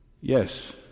Yes